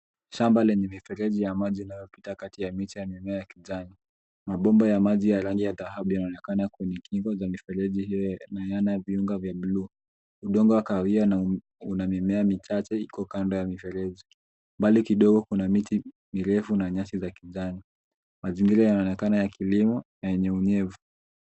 Shamba lenye mifereji ya maji inayopita kati ya miche ya mimea ya kijani. Mabomba ya maji ya rangi ya dhahabu yanaonekana kwenye kingo za mifereji hiyo na yana viunga vya buluu. Udongo wa kahawia na una mimea michache iko kando ya mifereji. Mbali kidogo kuna miti mirefu na nyasi za kijani. Mazingira yanaonekana ya kilimo na yenye unyevu.